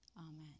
Amen